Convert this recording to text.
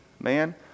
man